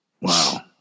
Wow